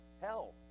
hell